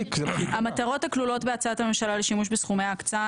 המטרות הכלולות בהצעת הממשלה לשימוש בסכומי ההקצאה,